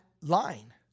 line